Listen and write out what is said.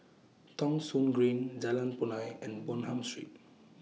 Thong Soon Green Jalan Punai and Bonham Street